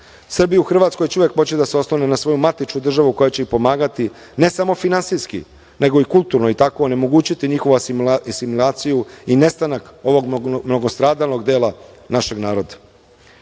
u Hrvatskoj će uvek moći da se oslone na svoju matičnu državu, koja će ih pomagati, ne samo finansijski, nego i kulturno, i tako onemogućiti njihovu asimilaciju i nestanak ovog mnogostradalnog dela našeg naroda. Srbija